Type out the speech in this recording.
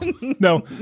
No